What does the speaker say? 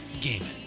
Gaming